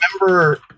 remember